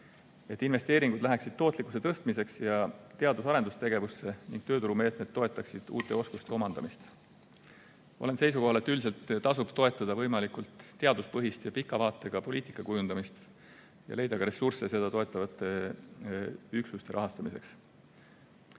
et investeeringud läheksid tootlikkuse tõstmiseks ja teadus-arendustegevusse ning tööturumeetmed toetaksid uute oskuste omandamist. Olen seisukohal, et üldiselt tasub toetada võimalikult teaduspõhist ja pika vaatega poliitika kujundamist ja leida ka ressursse seda toetavate üksuste rahastamiseks.